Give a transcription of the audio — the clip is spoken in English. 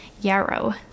Yarrow